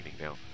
now